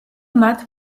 მათ